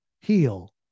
heal